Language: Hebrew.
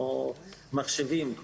מחשבים,